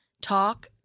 talk